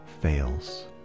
fails